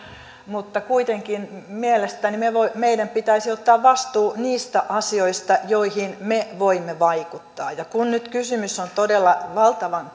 mutta kuitenkin mielestäni meidän pitäisi ottaa vastuu niistä asioista joihin me voimme vaikuttaa ja kun nyt kysymys on todella valtavan